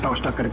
so stuck. and